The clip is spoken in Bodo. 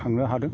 थांनो हादों